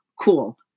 cool